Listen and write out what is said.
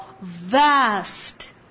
vast